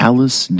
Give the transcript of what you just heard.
Alice